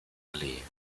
allee